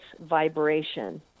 vibration